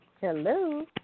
Hello